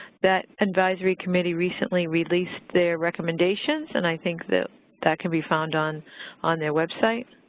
that advisory committee recently released their recommendations, and i think that that can be found on on their website.